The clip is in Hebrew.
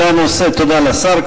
תודה לשר.